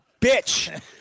bitch